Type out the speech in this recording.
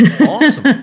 Awesome